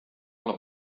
olla